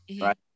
Right